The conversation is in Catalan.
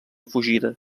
fugida